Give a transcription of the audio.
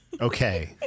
Okay